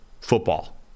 football